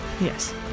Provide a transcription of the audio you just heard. Yes